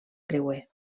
creuer